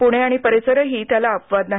पुणे आणि परिसरही त्याला अपवाद नाही